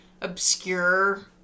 obscure